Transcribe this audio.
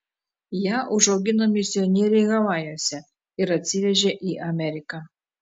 ją užaugino misionieriai havajuose ir atsivežė į ameriką